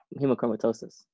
hemochromatosis